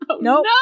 No